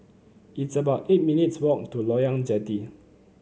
it's about eight minutes' walk to Loyang Jetty